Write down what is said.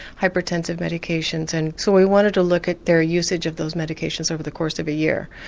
hypertensive medications, and so we wanted to look at their usage of those medications over the course of a year.